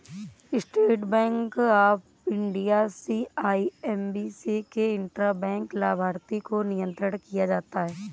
state bank of India CIMB से intra bank लाभार्थी को नियंत्रण किया जाता है